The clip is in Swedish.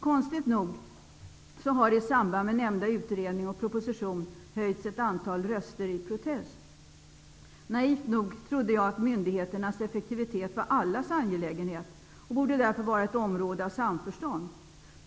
Konstigt nog har i samband med nämnda utredning och proposition ett antal röster höjts i protest. Naivt nog trodde jag att myndigheternas effektivitet var allas angelägenhet och därför borde vara ett område av samförstånd.